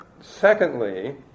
secondly